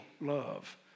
love